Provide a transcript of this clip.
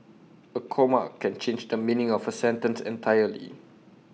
A comma can change the meaning of A sentence entirely